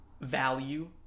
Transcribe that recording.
value